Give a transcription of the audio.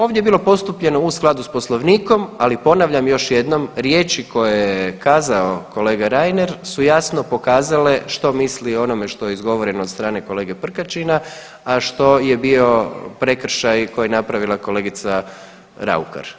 Ovdje je bilo postupljeno u skladu s Poslovnikom, ali ponavljam još jednom, riječi koje je kazao kolega Reiner su jasno pokazale što misli o onome što je izgovoreno od strane kolege Prkačina, a što je bio prekršaj koji je napravila kolegica Raukar.